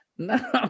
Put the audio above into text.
No